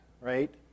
right